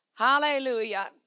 Hallelujah